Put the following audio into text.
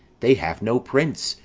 they have no prince,